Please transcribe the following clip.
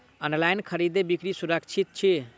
online खरीदै बिक्री सुरक्षित छी